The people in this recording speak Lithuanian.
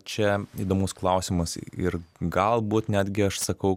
čia įdomus klausimas ir galbūt netgi aš sakau